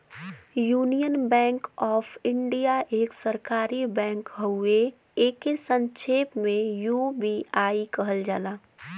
union Bank of India एक सरकारी bank हउवे एके संक्षेप में यू.बी.आई कहल जाला